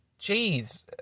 Jeez